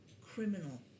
criminal